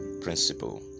principle